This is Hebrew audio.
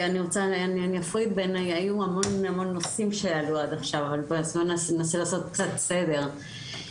היו המון נושאים שעלו עד עכשיו אז בואו ננסה לעשות קצת סדר.